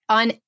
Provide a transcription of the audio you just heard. on